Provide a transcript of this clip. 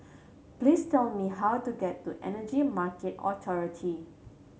please tell me how to get to Energy Market Authority